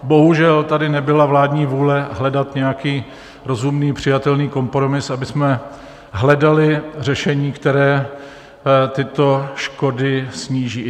Bohužel tady nebyla vládní vůle hledat nějaký rozumný, přijatelný kompromis, abychom hledali řešení, které tyto škody sníží.